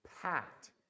packed